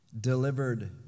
delivered